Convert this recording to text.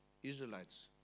Israelites